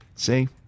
See